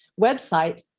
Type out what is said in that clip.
website